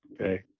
Okay